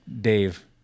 Dave